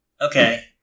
okay